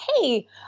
hey